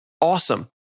awesome